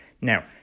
Now